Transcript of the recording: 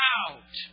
out